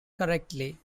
correctly